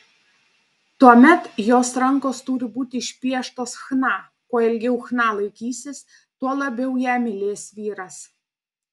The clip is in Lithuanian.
tuomet jos rankos turi būti išpieštos chna kuo ilgiau chna laikysis tuo labiau ją mylės vyras